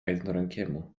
jednorękiemu